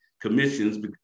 commissions